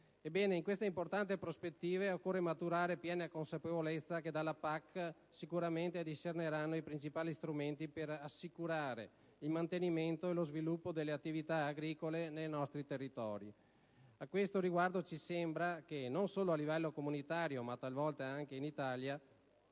PAC. In questa importante prospettiva, occorre maturare piena consapevolezza che dalla PAC sicuramente discenderanno i principali strumenti per assicurare il mantenimento e lo sviluppo delle attività agricole nei nostri territori. A questo riguardo ci sembra che, non solo a livello comunitario ma, talvolta, anche in Italia,